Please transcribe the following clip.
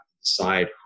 decide